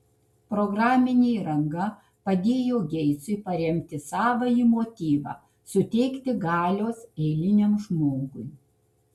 programinė įranga padėjo geitsui paremti savąjį motyvą suteikti galios eiliniam žmogui